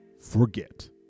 forget